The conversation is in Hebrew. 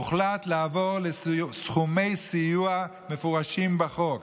הוחלט לעבור לסכומי סיוע מפורשים בחוק.